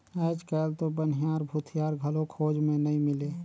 आयज कायल तो बनिहार, भूथियार घलो खोज मे नइ मिलें